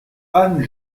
anne